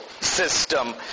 system